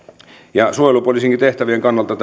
ja suojelupoliisinkin tehtävien kannalta